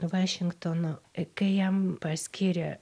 vašingtono kai jam paskyrė